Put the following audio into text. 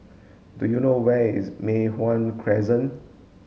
do you know where is Mei Hwan Crescent